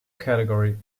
category